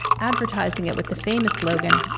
advertising it with the famous slogan,